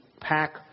pack